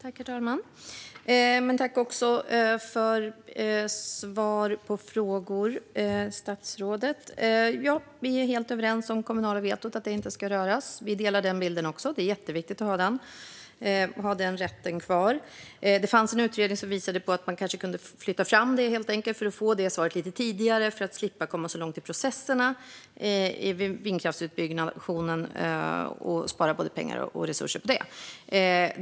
Herr talman! Jag tackar statsrådet för svar på frågor. Vi är helt överens om att det kommunala vetot inte ska röras. Vi delar den bilden. Det är jätteviktigt att ha den rätten kvar. Men det gjordes en utredning som visade på att det kanske kunde göras en framflyttning, så att man får svar lite tidigare och slipper komma så långt i processen vid en vindkraftsbyggnation; på så sätt kan man spara både pengar och resurser.